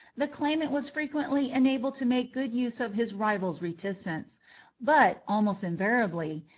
the claimant was frequently enabled to make good use of his rival's reticence but, almost invariably,